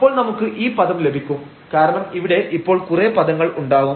അപ്പോൾ നമുക്ക് ഈ പദം ലഭിക്കും കാരണം ഇവിടെ ഇപ്പോൾ കുറെ പദങ്ങൾ ഉണ്ടാവും